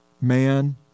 man